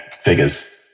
figures